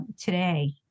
today